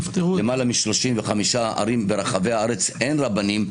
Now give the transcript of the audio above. ביותר מ-35 ערים ברחבי הארץ אין רבנים,